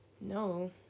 No